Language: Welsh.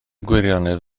gwirionedd